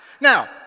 Now